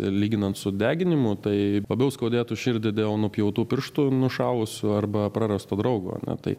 lyginant su deginimu tai labiau skaudėtų širdį dėl nupjautų pirštų nušalusių arba prarasto draugo na tai